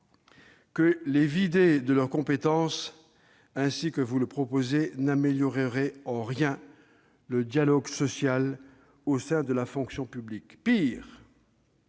que les vider de leurs compétences, ainsi que vous le proposez, n'améliorerait en rien le dialogue social au sein de la fonction publique. Eh